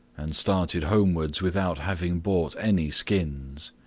and started homewards without having bought any skins.